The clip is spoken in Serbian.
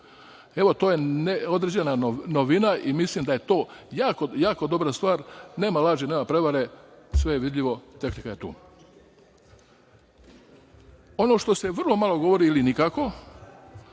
Evo, to je određena novina i mislim da je to jako, jako dobra stvar. Nema laži, nema prevare, sve je vidljivo, tehnika je tu. Ono što se vrlo malo govori ili nikako,